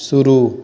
शुरू